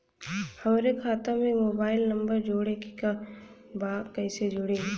हमारे खाता मे मोबाइल नम्बर जोड़े के बा कैसे जुड़ी?